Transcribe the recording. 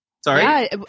Sorry